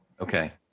Okay